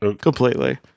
Completely